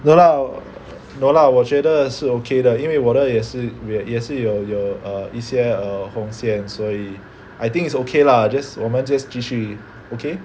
no lah no lah 我觉得是 okay 的因为我的也是也是有有 err 一些 err 红线所以 I think it's okay lah just 我们 just 继续 okay